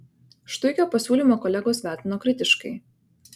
štuikio pasiūlymą kolegos vertino kritiškai